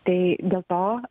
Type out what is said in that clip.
tai dėl to